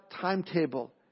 timetable